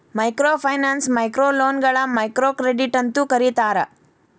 microfinance ಮೈಕ್ರೋಲೋನ್ಗಳ microcredit ಅಂತೂ ಕರೇತಾರ